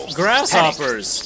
grasshoppers